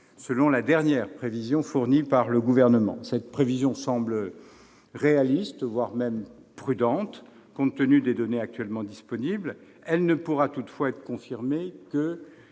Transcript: selon la dernière prévision fournie par le Gouvernement. Cette prévision semble réaliste, voire prudente, compte tenu des données actuellement disponibles. Elle ne pourra toutefois être confirmée que